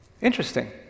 Interesting